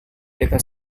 dekat